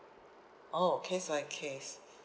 oh case by case